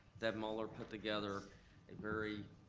deb muller put together a very